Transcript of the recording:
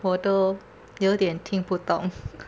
我都有点听不懂